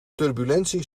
turbulentie